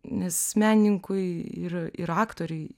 nes menininkui ir ir aktoriui